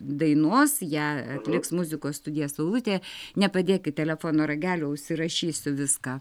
dainos ją atliks muzikos studija saulutė nepadėkit telefono ragelio užsirašysiu viską